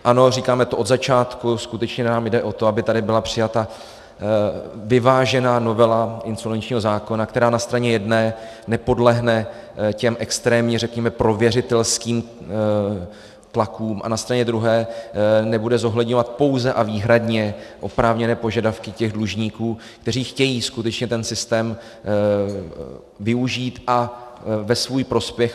Ano, říkáme to od začátku, skutečně nám jde o to, aby tady byla přijata vyvážená novela insolvenčního zákona, která na straně jedné nepodlehne těm extrémně prověřitelským tlakům a na straně druhé nebude zohledňovat pouze a výhradně oprávněné požadavky těch dlužníků, kteří chtějí skutečně ten systém využít ve svůj prospěch.